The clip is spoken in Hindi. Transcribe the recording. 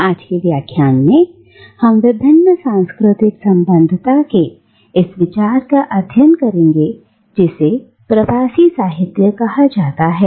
और आज के व्याख्यान में हम विभिन्न सांस्कृतिक संबद्धता के इस विचार का अध्ययन करेंगे जिसे प्रवासी साहित्य कहा जाता है